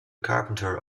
carpenter